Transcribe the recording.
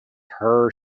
her